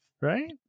Right